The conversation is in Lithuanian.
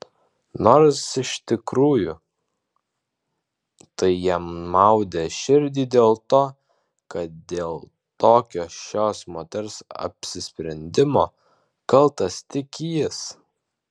nors iš tikrųjų tai jam maudė širdį dėl to kad dėl tokio šios moters apsisprendimo kaltas tik jis